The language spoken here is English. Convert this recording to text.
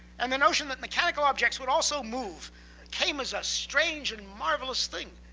and the notion that mechanical objects would also move came as a strange and marvelous thing.